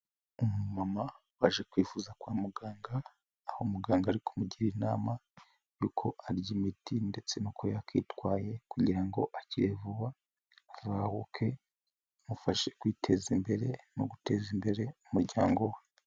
Umama waje kwivuza kwa muganga, aho muganga arikumugira inama y'uko arya imiti ndetse nuko yakitwaye kugira ngo akire vuba, azahuke bimufashe kwiteza imbere, no guteza imbere umuryango we.